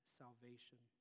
salvation